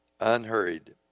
unhurried